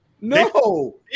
No